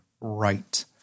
right